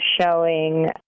showing